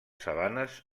sabanes